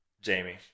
Jamie